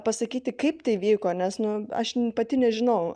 pasakyti kaip tai įvyko nes nu aš pati nežinau